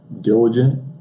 diligent